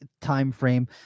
timeframe